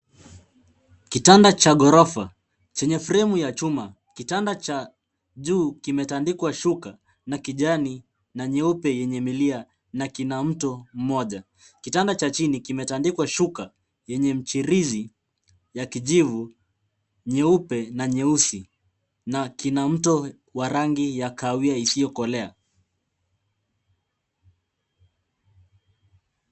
Kitanda cha ghorofa chenye fremu ya chuma. Kitanda cha juu kimetandikwa shuka na kijani na nyeupe yenye milia na kina mto mmoja. Kitanda cha chini kimetandikwa shuka yenye mchirizi ya kijivu, nyeupe na nyeusi na kina mto wa rangi ya kahawia isiyokolea.